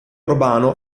urbano